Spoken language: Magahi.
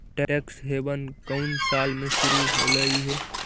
टैक्स हेवन कउन साल में शुरू होलई हे?